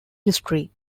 history